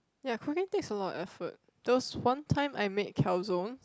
ya croquette takes a lot of effort there was one time I made calzones